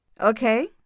Okay